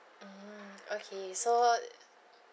mm okay so